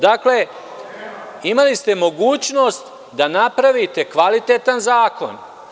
Dakle, imali ste mogućnost da napravite kvalitetan zakon.